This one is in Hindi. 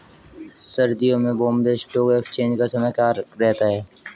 सर्दियों में बॉम्बे स्टॉक एक्सचेंज का समय क्या रहता है?